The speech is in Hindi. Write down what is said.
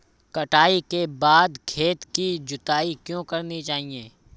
कटाई के बाद खेत की जुताई क्यो करनी चाहिए?